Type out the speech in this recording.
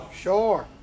Sure